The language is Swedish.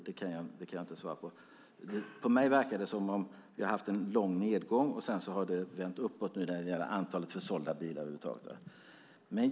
Det kan jag inte svara på, men på mig verkar det som om vi haft en lång nedgång och att det nu vänt uppåt när det gäller antalet försålda bilar.